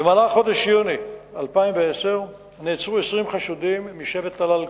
במהלך חודש יוני 2010 נעצרו 20 חשודים משבט אל-טלאלקה.